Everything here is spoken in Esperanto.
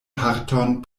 parton